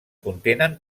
contenen